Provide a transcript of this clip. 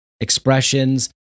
expressions